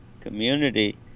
community